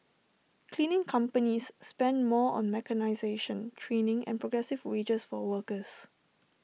cleaning companies spend more on mechanisation training and progressive wages for workers